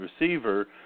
receiver